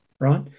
right